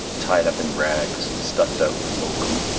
tied up in rags, stuffed out with oakum,